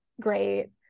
Great